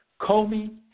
Comey